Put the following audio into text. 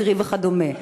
העשירי וכדומה.